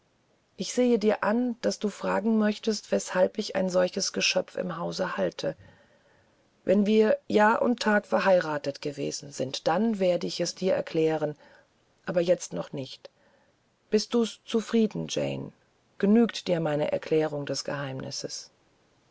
ich sehe dir an daß du fragen möchtest weshalb ich ein solches geschöpf im hause behalte wenn wir jahr und tag verheiratet gewesen sind dann werde ich es dir erzählen jetzt aber noch nicht bist du's zufrieden jane genügt dir meine erklärung des geheimnisses